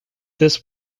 this